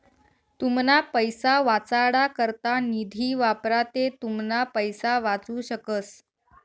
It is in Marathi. तुमना पैसा वाचाडा करता निधी वापरा ते तुमना पैसा वाचू शकस